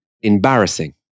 embarrassing